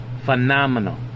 phenomenal